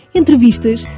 entrevistas